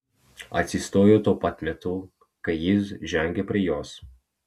atsistojo tuo pat metu kai jis žengė prie jos